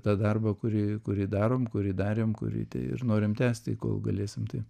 tą darbą kūrį kurį darom kurį darėm kurį ir norim tęsti kol galėsim tai